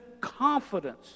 confidence